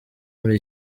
muri